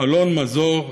אלון מזר,